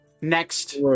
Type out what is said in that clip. next